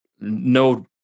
no